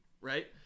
right